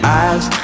eyes